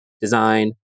design